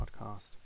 podcast